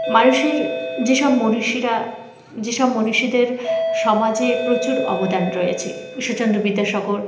মানুষের যেসব মনীষীরা যেসব মনীষীদের সমাজে প্রচুর অবদান রয়েছে ঈশ্বরচন্দ্র বিদ্যাসাগর